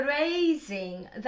raising